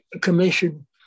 commission